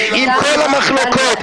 עם כל המחלוקות.